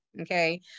okay